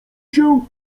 się